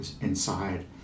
inside